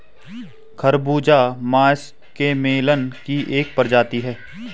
खरबूजा मस्कमेलन की एक प्रजाति है